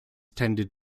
tended